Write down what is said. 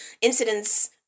incidents